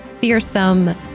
fearsome